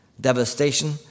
Devastation